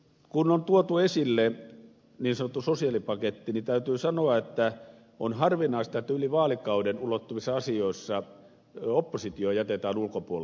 kun on tuotu esille niin sanottu sosiaalipaketti niin täytyy sanoa että on harvinaista että yli vaalikauden ulottuvissa asioissa oppositio jätetään ulkopuolelle